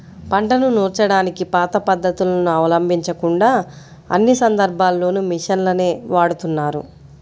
పంటను నూర్చడానికి పాత పద్ధతులను అవలంబించకుండా అన్ని సందర్భాల్లోనూ మిషన్లనే వాడుతున్నారు